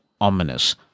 ominous